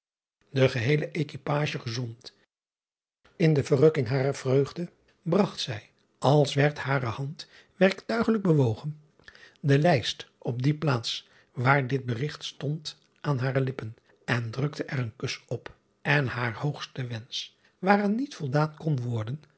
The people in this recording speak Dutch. e geheele quipagie gezond n de verrukking harer vreugde bragt zij als werd hare hand werktuigelijk bewogen de ijst op die plaats waar dit berigt stond aan hare lippen en drukte er een kus op en haar hoogste wensch waaraan niet voldaan kon worden